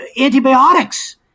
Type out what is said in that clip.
antibiotics